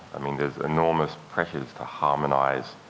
i mean, there's enormous pressures to harmonize